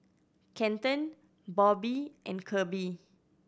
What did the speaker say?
Kenton Bobbie and Kirby